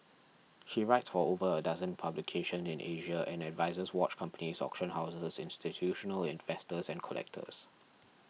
he writes for over a dozen publications in Asia and advises watch companies auction houses institutional investors and collectors